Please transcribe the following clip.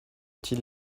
petit